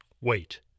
Wait